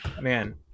man